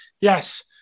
yes